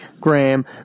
Graham